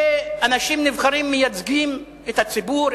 ואנשים נבחרים מייצגים את הציבור,